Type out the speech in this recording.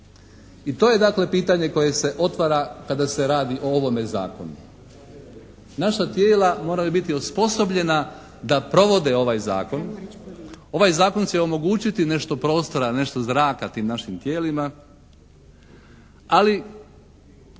i to je dakle pitanje koje se otvara kada se radi o ovome Zakonu. Naša tijela moraju biti osposobljena da provode ovaj Zakon, ovaj Zakon će omogućiti nešto prostora, nešto zraka tim našim tijelima, ali